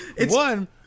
One